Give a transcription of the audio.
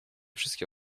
wszystkie